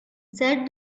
said